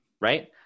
right